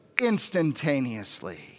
instantaneously